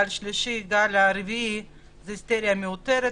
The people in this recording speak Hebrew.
גל שלישי וגל רביעי היא מיותרת.